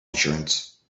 insurance